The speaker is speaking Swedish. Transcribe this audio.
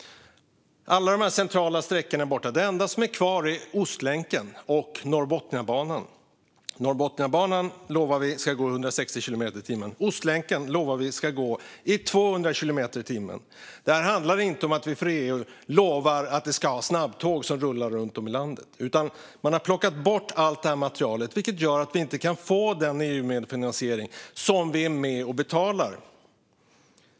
Alla centrala sträckor är borta. Det enda som är kvar är Ostlänken och Norrbotniabanan. Norrbotniabanan lovar vi ska gå i 160 kilometer i timmen; Ostlänken lovar vi ska gå i 200 kilometer i timmen. Detta handlar inte om att vi lovar EU att vi ska ha snabbtåg som rullar runt om i landet. Man har plockat bort allt det här materialet, vilket gör att vi inte kan få den EU-medfinansiering som vi är med och betalar.